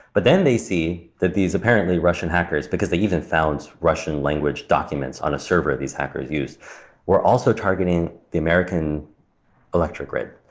but then they see that these apparently russian hackers because they even found russian language documents on a server these hackers used were also targeting the american electric grid.